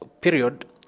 period